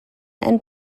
and